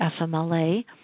FMLA